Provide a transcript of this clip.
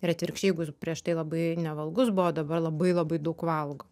ir atvirkščiai jeigu prieš tai labai nevalgus buvo o dabar labai labai daug valgo